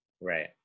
Right